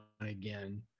again